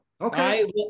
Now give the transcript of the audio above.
okay